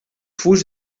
fulls